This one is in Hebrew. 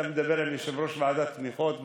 אתה מדבר עם יושב-ראש ועדת תמיכות ותיק,